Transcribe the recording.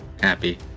happy